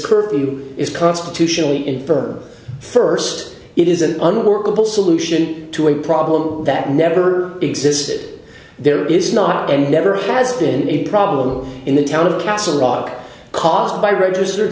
curfew is constitutionally in her first it is an unworkable solution to a problem that never existed there is not and never has been a problem in the town of castle rock caused by registered